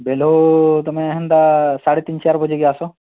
ବେଳୁ ତୁମେ ସେନ୍ତା ସାଢ଼େ ତିନି ଚାର ବଜକେ ଆସ